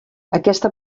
aquesta